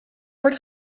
wordt